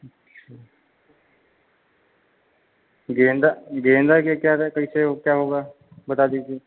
अच्छा गेंदा गेंदा के क्या कैसे क्या होगा बता दीजिए